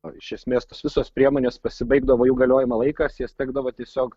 o iš esmės tos visos priemonės pasibaigdavo jų galiojimo laikas jas tekdavo tiesiog